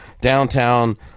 downtown